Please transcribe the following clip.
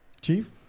chief